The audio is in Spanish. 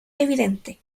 evidente